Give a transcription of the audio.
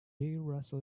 russell